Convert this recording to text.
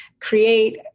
create